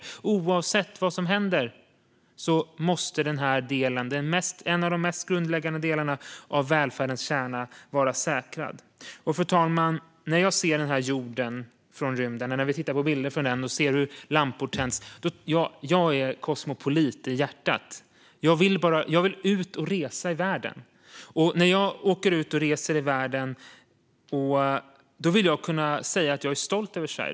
Och oavsett vad som händer måste den här delen, som är en av de mest grundläggande delarna av välfärdens kärna, vara säkrad. Fru talman! Jag är kosmopolit i hjärtat. Jag vill ut och resa i världen. Och när jag åker ut och reser i världen vill jag kunna säga att jag är stolt över Sverige.